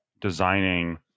designing